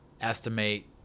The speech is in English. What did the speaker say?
estimate